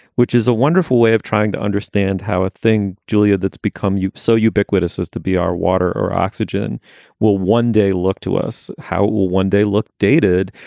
which is a wonderful way of trying to understand how a thing, julia, that's become so ubiquitous as to be our water or oxygen will one day look to us. how will one day look dated?